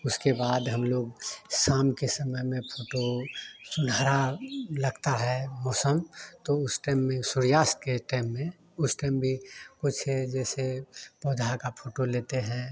उसके बाद हम लोग शाम के समय में फोटो सुनहरा लगता है मौसम तो उस टाइम में सूर्यास्त के टाइम में उस टाइम भी कुछ ये जैसे पौधा का फोटो लेते हैं